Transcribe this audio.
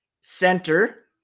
center